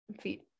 feet